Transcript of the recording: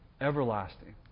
everlasting